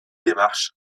démarches